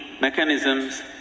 mechanisms